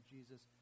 Jesus